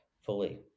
Fully